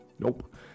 Nope